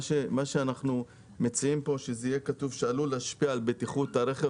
אנחנו מציעים כאן שיהיה כתוב "שעלול להשפיע על בטיחות הרכב